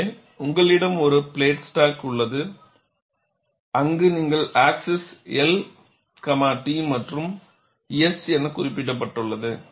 எனவே உங்களிடம் ஒரு பிளேட் ஸ்டாக் உள்ளது அங்கு நீங்கள் ஆக்ஸிஸ் L T மற்றும் S என குறிக்கப்பட்டுள்ளது